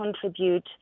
contribute